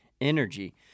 energy